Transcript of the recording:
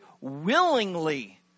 willingly